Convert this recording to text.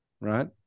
right